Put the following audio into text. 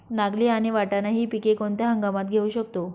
नागली आणि वाटाणा हि पिके कोणत्या हंगामात घेऊ शकतो?